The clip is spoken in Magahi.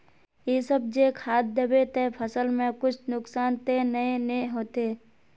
इ सब जे खाद दबे ते फसल में कुछ नुकसान ते नय ने होते